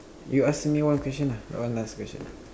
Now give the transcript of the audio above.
you ask me one question lah one last question